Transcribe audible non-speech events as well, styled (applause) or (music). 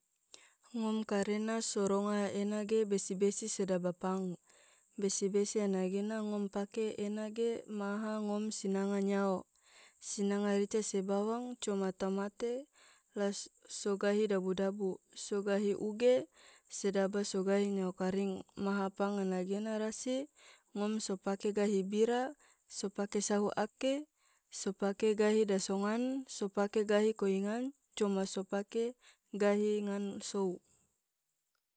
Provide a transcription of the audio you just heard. (noise) ngom karena so ronga ena ge besi-besi sedaba pang, besi-besi ena gena ngom pake ena ge maha ngom sinanga nyao, sinanga rica se bawang coma tomate la (hesitation) so gahi dabu-dabu, so gahi uge, sedaba so gahi nyao karing, maha pang ena gena rasi ngom so pake gahi bira, so pake sahu ake, so pake gahi daso ngan, so pake gahi koi ngan, coma so pake gahi ngan sou. (noise)